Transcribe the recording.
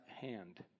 hand